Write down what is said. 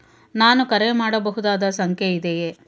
ನಾನು ಕರೆ ಮಾಡಬಹುದಾದ ಸಂಖ್ಯೆ ಇದೆಯೇ?